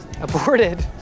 Aborted